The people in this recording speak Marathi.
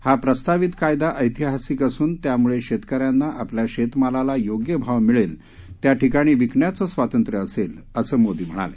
हा प्रस्तावित कायदा ऐतिहासिक असून त्यामुळे शेतकऱ्यांना आपल्या शेतमालाला योग्य भाव मिळेल त्या ठिकाणी विकण्याचं स्वातंत्र्य मिळेल असं मोदी म्हणाले